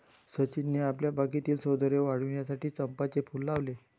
सचिनने आपल्या बागेतील सौंदर्य वाढविण्यासाठी चंपाचे फूल लावले